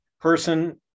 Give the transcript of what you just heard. Person